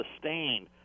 sustained